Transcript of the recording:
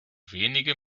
wenige